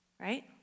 right